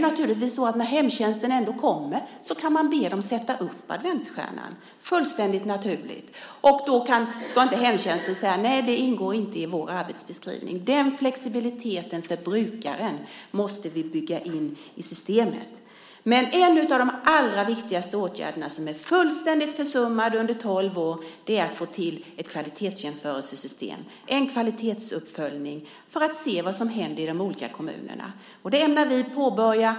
När hemtjänsten ändå kommer kan man be dem sätta upp adventsstjärnan. Det är fullständigt naturligt. Då ska inte hemtjänsten säga att det inte ingår i deras arbetsbeskrivning. Den flexibiliteten för brukaren måste vi bygga in i systemet. En av de allra viktigaste åtgärderna, som varit fullständigt försummad under tolv år, är att få till ett kvalitetsjämförelsesystem och en kvalitetsuppföljning för att se vad som händer i de olika kommunerna. Det ämnar vi påbörja.